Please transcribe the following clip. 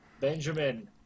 Benjamin